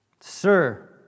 Sir